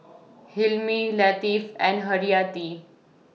Hilmi Latif and Haryati